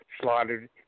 slaughtered